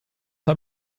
hab